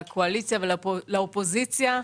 לקואליציה ולאופוזיציה.